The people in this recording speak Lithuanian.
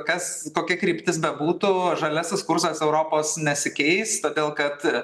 kas kokia kryptis bebūtų žaliasis kursas europos nesikeis todėl kad